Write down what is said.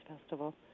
Festival